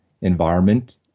environment